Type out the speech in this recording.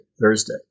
Thursday